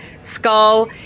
skull